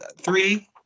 three